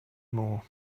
more